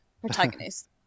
protagonist